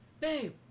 babe